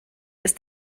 ist